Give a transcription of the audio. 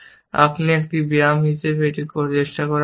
আপনি একটি ব্যায়াম হিসাবে এটি চেষ্টা করা উচিত